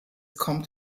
kommt